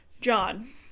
John